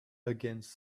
against